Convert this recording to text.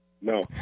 no